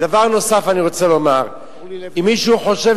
דבר נוסף אני רוצה לומר: אם מישהו חושב